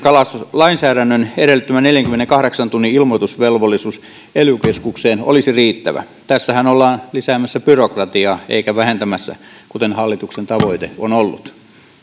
lainsäädännön edellyttämä neljänkymmenenkahdeksan tunnin ilmoitusvelvollisuus ely keskukseen olisi riittävä tässähän ollaan lisäämässä byrokratiaa eikä vähentämässä kuten hallituksen tavoite on ollut